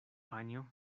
panjo